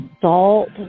Salt